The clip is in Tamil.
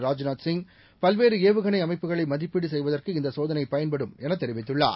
ராஜ்நாத்சிங் பல்வேறுஏவுகனைஅமைப்புகளைமதிப்பீடுசெய்வதற்குஇந்த சோதனைபயன்படும்எனதெரிவித்துள்ளார்